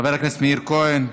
חבר הכנסת מאיר כהן,